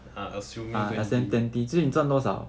ah assuming